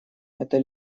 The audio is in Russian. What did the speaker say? это